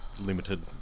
limited